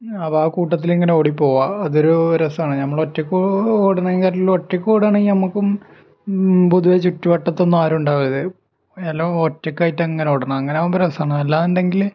ആ കൂട്ടത്തിലിങ്ങനെ ഓടി പോവാൻ അത് ഒരു രസമാണ് നമ്മൾ ഒറ്റക്ക് ഓടാണെക്കാട്ടിലും ഒറ്റക്കോടാണെങ്കിൽ നമുക്കും പൊതുവെ ചുറ്റുവട്ടത്തൊന്നും ആരും ഉണ്ടാവരുതേ എല്ലാം ഒറ്റക്കായിട്ട് അങ്ങനെ ഓടണം അങ്ങനെ ഓടുമ്പം രസമാണ് അല്ലാണ്ടെങ്കിൽ